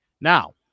Now